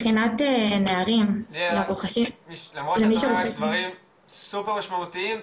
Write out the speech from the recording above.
ליאל, למרות שאת אומרת דברים סופר משמעותיים,